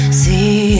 see